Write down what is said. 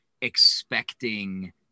Expecting